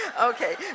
Okay